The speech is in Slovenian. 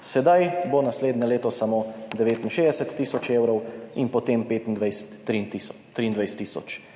Sedaj bo naslednje leto samo 69 tisoč evrov in potem leta 2025 23 tisoč evrov.